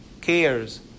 cares